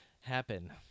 happen